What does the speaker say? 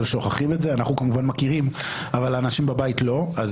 אנחנו כמובן מכירים אבל אנשים בבית לא מכירים